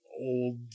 old